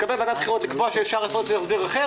תתכבד ועדת הבחירות לקבוע שאפשר לעשות ולהגיע להסדר אחר